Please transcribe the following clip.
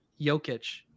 Jokic